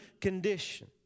condition